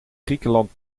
griekenland